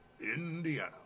Indiana